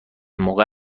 موقع